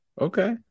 Okay